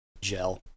gel